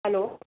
hello